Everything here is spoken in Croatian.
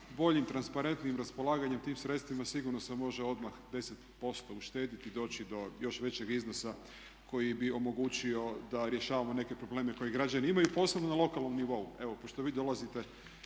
boljim, transparentnijim raspolaganjem tim sredstvima sigurno se može odmah 10% uštediti i doći do još većeg iznosa koji bi omogućio da rješavamo neke probleme koje građani imaju posebno na lokalnom nivou. Evo pošto vi dolazite